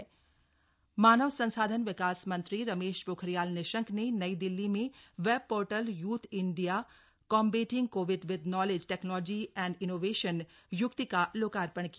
युक्ति एप मानव संसाधन विकास मंत्री रमेश पोखरियाल निशंक ने नई दिल्ली में web portal youth India combating covid with knowledge technology and innovation Yukti का लोकार्पण किया